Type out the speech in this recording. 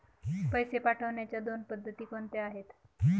पैसे पाठवण्याच्या दोन पद्धती कोणत्या आहेत?